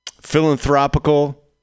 Philanthropical